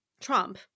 Trump